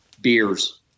beers